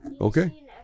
okay